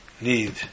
need